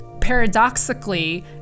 paradoxically